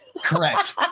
correct